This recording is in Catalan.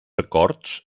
acords